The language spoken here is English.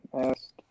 asked